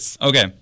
Okay